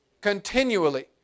Continually